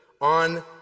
on